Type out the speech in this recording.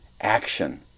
action